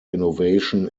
innovation